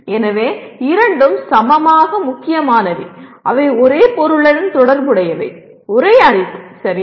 எனவே இரண்டும் சமமாக முக்கியமானவை அவை ஒரே பொருளுடன் தொடர்புடையவை ஒரே அறிவு சரியா